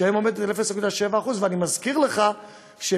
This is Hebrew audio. שהיום עומדת על 0.7%. ואני מזכיר לך שבנק